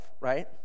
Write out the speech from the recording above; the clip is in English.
right